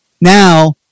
now